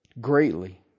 Greatly